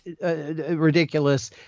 Ridiculous